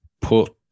put